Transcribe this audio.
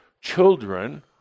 children